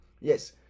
Yes